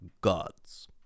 gods